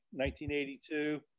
1982